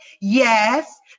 Yes